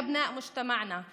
על משפחותינו ועל החברה שלנו.